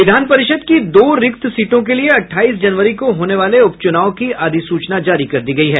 विधान परिषद् की दो रिक्त सीटों के लिये अठाईस जनवरी को होने वाले उपचुनाव की अधिसूचना जारी कर दी गयी है